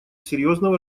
серьезного